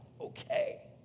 okay